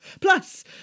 Plus